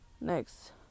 Next